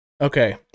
okay